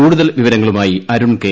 കൂടുതൽ വിവരങ്ങളുമായി അരുൺ കെ